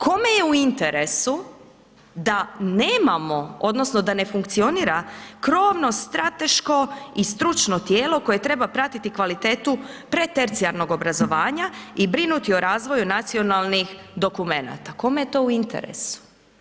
Kome je u interesu da nemamo odnosno da ne funkcionira krovno strateško i stručno tijelo koje treba pratiti kvalitetu pretercionalnog obrazovanja i brinuti o razvoju nacionalnih dokumenata, kome je to u interesu?